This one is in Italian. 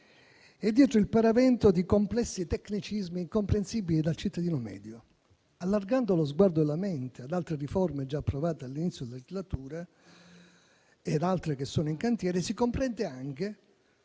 e dietro il paravento di complessi tecnicismi, incomprensibili dal cittadino medio. Allargando lo sguardo e la mente ad altre riforme già approvate all'inizio legislatura e ad altre che sono in cantiere, si comprende che